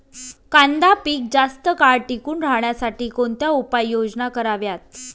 कांदा पीक जास्त काळ टिकून राहण्यासाठी कोणत्या उपाययोजना कराव्यात?